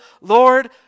Lord